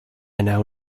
now